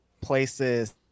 places